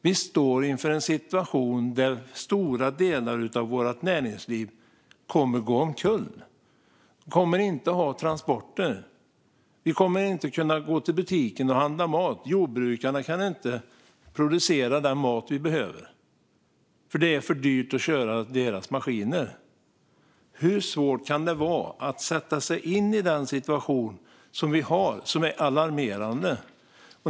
Vi står inför en situation där stora delar av vårt näringsliv kommer att gå omkull. Vi kommer inte att ha transporter. Vi kommer inte att kunna gå till butiken och handla mat. Jordbrukarna kan inte producera den mat vi behöver, för det är för dyrt att köra deras maskiner. Hur svårt kan det vara att sätta sig in i den situation vi har? Den är alarmerande.